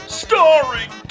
starring